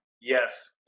Yes